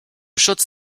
schutz